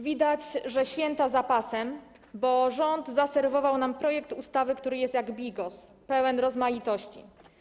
Widać, że święta za pasem, bo rząd zaserwował nam projekt ustawy, który jest jak bigos - pełen rozmaitości.